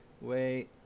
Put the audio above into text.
Wait